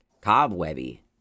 cobwebby